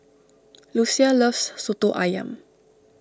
Lucia loves Soto Ayam